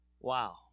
Wow